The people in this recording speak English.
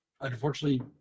unfortunately